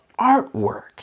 artwork